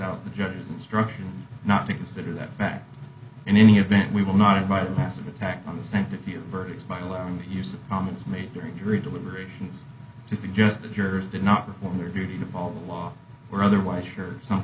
out the judge's instructions not to consider that fact in any event we will not invite massive attack on the sanctity of verdi's by allowing the use of comments made during jury deliberations to suggest the jurors did not perform their duty to follow the law or otherwise sure some